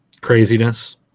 Craziness